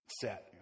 set